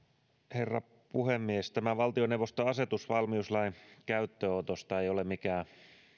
herra puhemies tämä valtioneuvoston asetus valmiuslain käyttöönotosta ei ole mikään